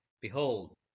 Behold